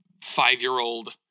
five-year-old